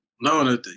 No